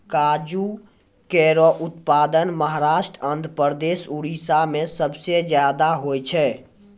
काजू केरो उत्पादन महाराष्ट्र, आंध्रप्रदेश, उड़ीसा में सबसे जादा होय छै